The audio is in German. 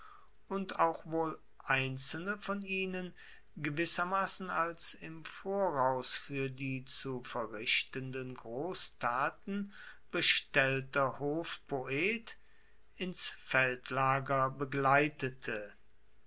und auch wohl einzelne von ihnen gewissermassen als im voraus fuer die zu verrichtenden grosstaten bestellter hofpoet ins feldlager begleitete